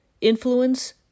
Influence